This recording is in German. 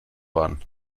waren